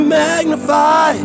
magnify